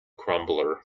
crumbler